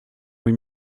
huit